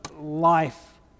life